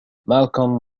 malcolm